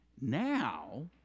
Now